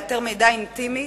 לאתר מידע אינטימי